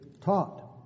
taught